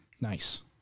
Nice